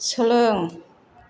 सोलों